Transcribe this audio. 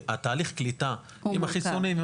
כי התהליך קליטה עם החיסונים,